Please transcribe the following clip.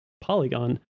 Polygon